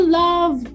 love